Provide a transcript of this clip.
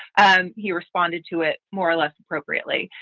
and he responded to it more or less appropriately.